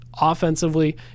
offensively